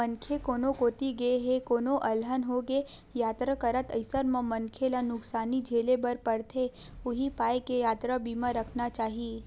मनखे कोनो कोती गे हे कोनो अलहन होगे यातरा करत अइसन म मनखे ल नुकसानी झेले बर परथे उहीं पाय के यातरा बीमा रखना चाही